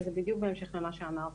וזה בדיוק בהמשך למה שאמרת.